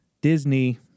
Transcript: Disney